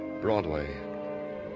Broadway